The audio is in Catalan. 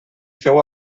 féu